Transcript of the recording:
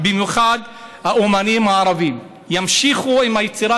במיוחד האומנים הערבים ימשיכו עם היצירה,